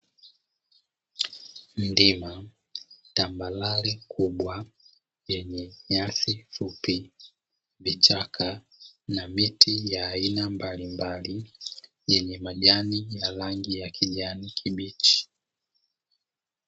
Milima, tambarare kubwa yenye nyasi fupi, vichaka na miti ya aina mbalimbali yenye majani ya rangi ya kijani kibichi.